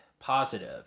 positive